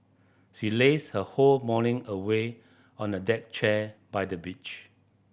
she lazed her whole morning away on a deck chair by the beach